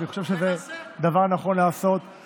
ואני חושב שזה דבר נכון לעשות.